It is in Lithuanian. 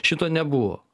šito nebuvo